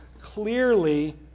clearly